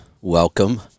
Welcome